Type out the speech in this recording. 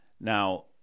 Now